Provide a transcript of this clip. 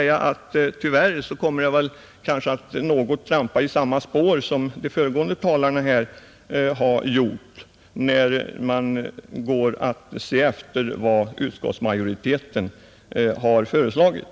Tyvärr kommer jag kanske att i någon mån trampa i samma spår som de föregående talarna här har gjort när man går ut för att se efter vad utskottsmajoriteten har föreslagit.